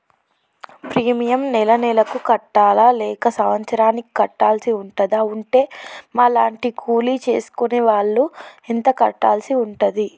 Premium నెల నెలకు కట్టాలా లేక సంవత్సరానికి కట్టాల్సి ఉంటదా? ఉంటే మా లాంటి కూలి చేసుకునే వాళ్లు ఎంత కట్టాల్సి ఉంటది?